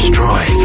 Destroy